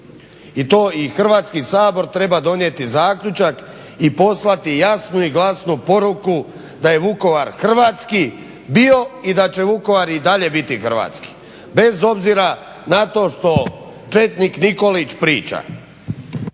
I to i Hrvatski sabor treba donijeti zaključak i poslati jasnu i glasnu poruku da je Vukovar hrvatski bio i da će Vukovar i dalje biti hrvatski, bez obzira na to što četnik Nikolić priča.